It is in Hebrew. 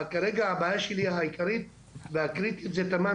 כרגע הבעיה שלי העיקרית והקריטית היא תמ"מ